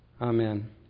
Amen